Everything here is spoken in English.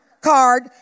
card